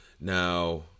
Now